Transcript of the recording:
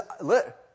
look